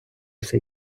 все